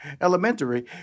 Elementary